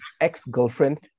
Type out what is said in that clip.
ex-girlfriend